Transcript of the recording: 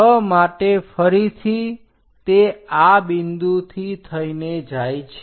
6 માટે ફરીથી તે આ બિંદુથી થઈને જાય છે